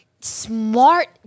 smart